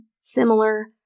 similar